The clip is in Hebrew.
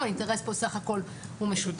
האינטרס פה סה"כ הוא משותף.